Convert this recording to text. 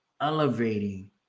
elevating